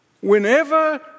Whenever